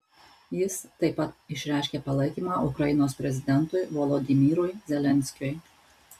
jis taip pat išreiškė palaikymą ukrainos prezidentui volodymyrui zelenskiui